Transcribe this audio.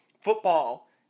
Football